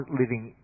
living